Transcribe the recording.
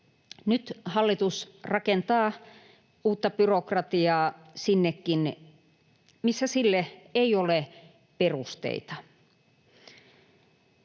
nyt hallitus rakentaa uutta byrokratiaa sinnekin, missä sille ei ole perusteita.